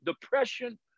depression